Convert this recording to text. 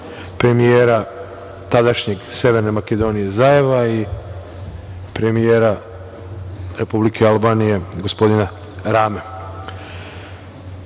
premijera tadašnjeg Severne Makedonije, Zajeva, premijera Republike Albanije, gospodina Rame. Ideja